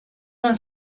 wanna